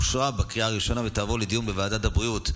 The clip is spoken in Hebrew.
בקריאה ראשונה.